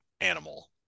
animal